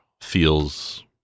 feels